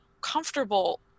comfortable